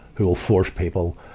who will force people,